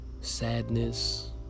sadness